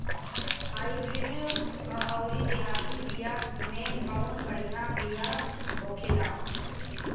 Hybrid अउर देहाती बिया मे कउन बढ़िया बिया होखेला?